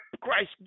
Christ